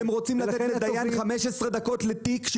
אתם רוצים לתת לדיין 15 דקות לתיק,